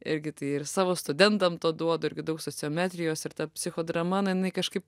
irgi tai ir savo studentam duodu irgi daug sociometrijos ir ta psichodrama na jinai kažkaip